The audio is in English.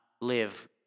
live